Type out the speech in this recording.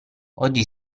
oggi